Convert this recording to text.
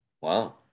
Wow